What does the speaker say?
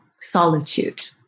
solitude